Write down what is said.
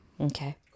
Okay